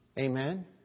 Amen